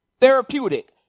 therapeutic